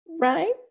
Right